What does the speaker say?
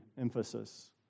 emphasis